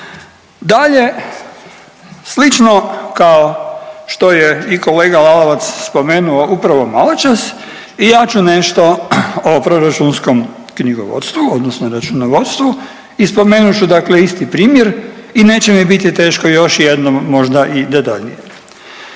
Dalje, slično kao što je i kolega Lalovac spomenuo upravo maločas i ja ću nešto o proračunskom knjigovodstvu odnosno računovodstvu i spomenut ću isti primjer i neće mi biti teško još jednom možda i detaljnije.